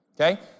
Okay